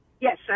Yes